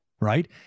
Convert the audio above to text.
right